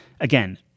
again